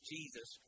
Jesus